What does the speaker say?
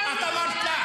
את בכלל לא --- משקרת.